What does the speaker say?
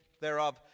thereof